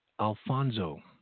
Alfonso